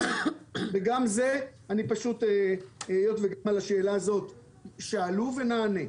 אני אענה, היות וגם על השאלה הזו שאלו ונענה.